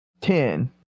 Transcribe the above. Ten